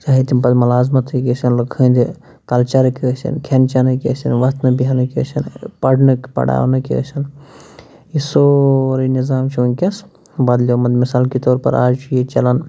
چاہے تِم پتہٕ مُلازمتٕے گٔژھنۍ لُکہٕ ہٕندی کَلچَرٕک ٲسِن کھٮ۪ن چٮ۪نٕکۍ ٲسِن وَتھنہٕ بیٚہنٕکۍ ٲسِن پَرٕنٕکۍ پراونٕکۍ ٲسِن یہِ سورٕے نِظام چھِ وٕنۍکٮ۪س بدلیومُت مِثال کے طور پر آز چھُ ییٚتہِ چلان